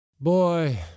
Boy